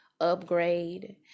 upgrade